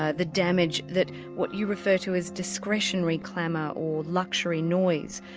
ah the damage that what you refer to as discretionary clamour or luxury noise.